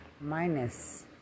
minus